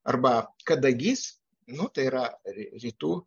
arba kadagys nu tai yra ri rytų